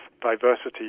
diversity